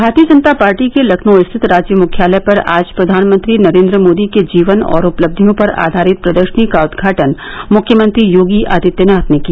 भारतीय जनता पार्टी के लखनऊ स्थित राज्य मुख्यालय पर आज प्रधानमंत्री नरेन्द्र मोदी के जीवन और उपलब्धियों पर आधारित प्रदर्शनी का उदघाटन मुख्यमंत्री योगी आदित्यनाथ ने किया